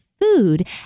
food